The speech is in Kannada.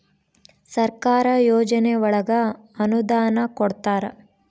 ಸರ್ಕಾರ ಯೋಜನೆ ಒಳಗ ಅನುದಾನ ಕೊಡ್ತಾರ